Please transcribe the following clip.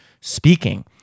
speaking